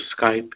Skype